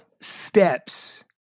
steps